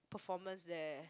performance there